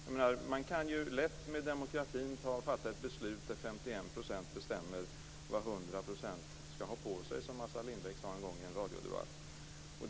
Med demokrati kan man ju lätt fatta ett beslut där 51 % bestämmer vad 100 % skall ha på sig, som Assar Lindbeck sade en gång i en radiodebatt.